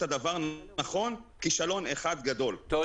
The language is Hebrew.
הדבר הנכון כישלון אחד גדול -- תודה.